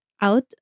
out